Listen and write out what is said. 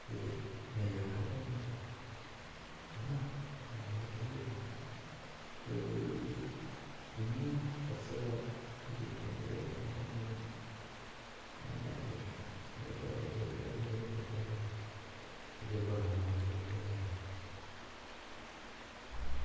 ते नज़ारा बनी जंदा ते गल्ल बात एह् ऐ की भई ते इंया अक्सर अस घुम्मनै फिरने गी जन्ने ते गल्ल होर ऐ जे बड़ा मन करी जाए भई